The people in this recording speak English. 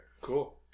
cool